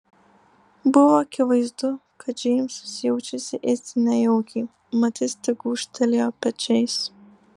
buvo akivaizdu kad džeimsas jaučiasi itin nejaukiai mat jis tik gūžtelėjo pečiais